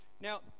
Now